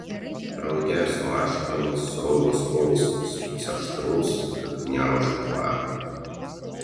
drauge su ašaromis sruvo skausmas toks aštrus kad gniaužė kvapą